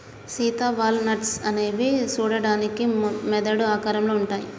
Sita walnuts అనేవి సూడడానికి మెదడు ఆకారంలో ఉంటాయి